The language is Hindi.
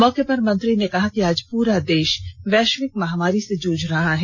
मौके पर मंत्री ने कहा कि आज पूरा देश वैश्विक महामारी से जूझ रहा है